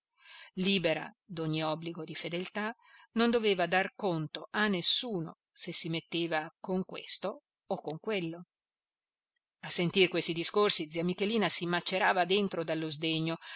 libera d'ogni obbligo di fedeltà non doveva dar conto a nessuno se si metteva con questo o con quello a sentir questi discorsi zia michelina si macerava dentro dallo sdegno